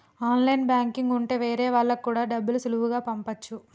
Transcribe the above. online banking ఉంటె వేరే వాళ్ళకి కూడా డబ్బులు సులువుగా పంపచ్చు